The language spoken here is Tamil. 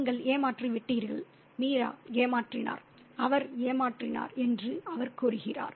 நீங்கள் ஏமாற்றிவிட்டீர்கள் மீரா ஏமாற்றினார் அவர் ஏமாற்றினார் என்று அவர் கூறுகிறார்